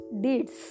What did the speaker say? deeds